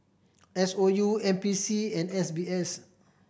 S O U N P C and S B S